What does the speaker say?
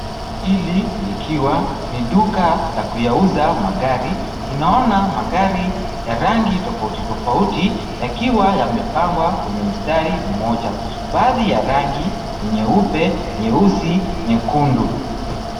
Hili likiwa ni duka la kuyauza magari. Tunaona magari ya rangi tofauti tofauti yakiwa yamepangwa kwenye mstari mmoja. Badhii ya rangi ni nyeupe, nyeusi, nyekundu.